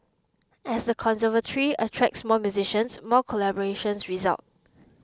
as the conservatory attracts more musicians more collaborations result